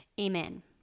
Amen